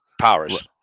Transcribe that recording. powers